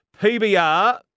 PBR